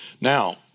Now